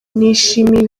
nishimiye